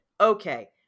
Okay